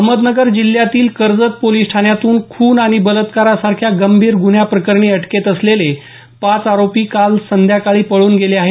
अहमदनगर जिल्ह्यातील कर्जत पोलीस ठाण्यातून खून आणि बलात्कारासारख्या गंभीर ग्न्ह्यां प्रकरणी अटकेत असलेले पाच आरोपी काल संध्याकाळी पळून गेले आहेत